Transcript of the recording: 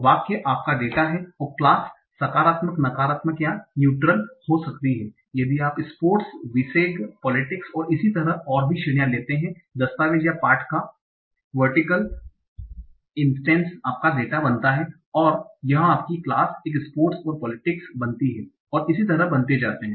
तो वाक्य आपका डेटा है और क्लास सकारात्मक नकारात्मक या नेयूटरल हो सकती है यदि आप स्पोर्ट्स विसेग पोलिटिक्स और इसी तरह और भी श्रेणियां लेते हैं दस्तावेज़ या पाठ का वर्टिकल इन्सटेन्स आपका डेटा बनता हैं और यह आपकी क्लास एक स्पोर्ट्स और पोलिटिक्स बनती हैं और इस तरह बनते जाते है